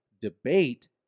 debate